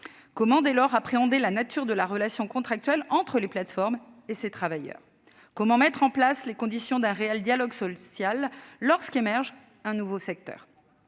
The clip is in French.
Comment appréhender la nature de la relation contractuelle entre les plateformes et ces travailleurs ? Comment mettre en place les conditions d'un réel dialogue social lorsqu'émerge un nouveau secteur ?